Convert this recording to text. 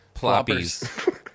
Ploppies